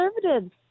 conservatives